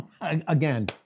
Again